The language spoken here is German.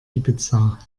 ibiza